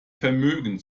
vermögen